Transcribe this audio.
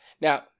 Now